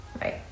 Right